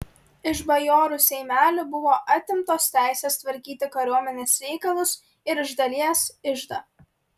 iš bajorų seimelių buvo atimtos teisės tvarkyti kariuomenės reikalus ir iš dalies iždą